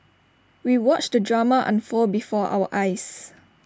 we watched the drama unfold before our eyes